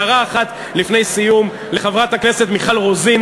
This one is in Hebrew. הערה אחת לפני סיום לחברת הכנסת מיכל רוזין.